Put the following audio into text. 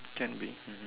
can be mmhmm